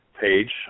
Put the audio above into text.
page